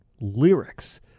lyrics